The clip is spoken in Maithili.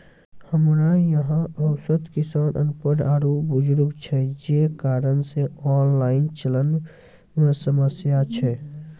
हमरा यहाँ औसत किसान अनपढ़ आरु बुजुर्ग छै जे कारण से ऑनलाइन चलन मे समस्या छै?